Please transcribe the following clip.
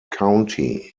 county